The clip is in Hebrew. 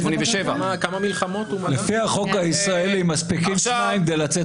87'. לפי החוק הישראלי מספיקים שניים כדי לצאת